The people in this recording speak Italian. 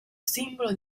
simbolo